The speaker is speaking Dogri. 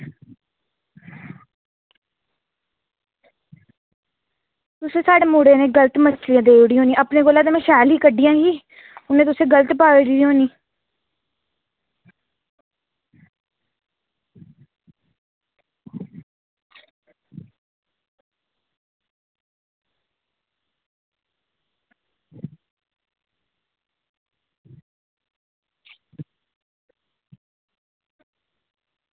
थुआढ़े मुडे़ ने गल्त मच्छलियां देई ओड़ियां अपने कोला में ते शैल ही मगर तुसें गल्त पाई ओड़ी होनी